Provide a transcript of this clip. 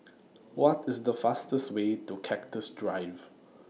What IS The fastest Way to Cactus Drive